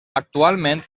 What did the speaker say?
actualment